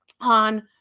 on